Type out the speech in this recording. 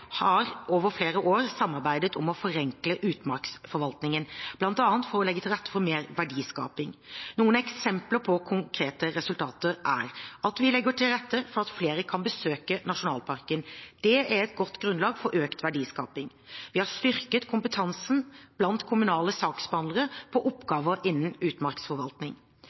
har over flere år samarbeidet om å forenkle utmarksforvaltningen, bl.a. for å legge til rette for mer verdiskaping. Noen eksempler på konkrete resultater er: Vi legger til rette for at flere kan besøke nasjonalparkene, det er et godt grunnlag for økt verdiskaping. Vi har styrket kompetansen blant kommunale saksbehandlere på oppgaver innen utmarksforvaltning.